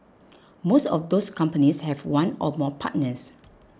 most of those companies have one or more partners